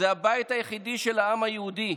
זה הבית היחידי של העם היהודי,